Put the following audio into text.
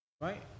right